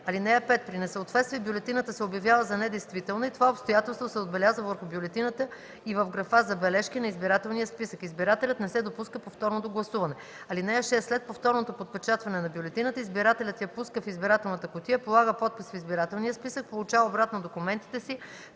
кутия. (5) При несъответствие бюлетината се обявява за недействителна и това обстоятелство се отбелязва върху бюлетината и в графа „Забележки” на избирателния списък. Избирателят не се допуска повторно до гласуване. (6) След повторното подпечатване на бюлетината избирателят я пуска в избирателната кутия, полага подпис в избирателния списък, получава обратно документите си,